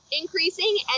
increasing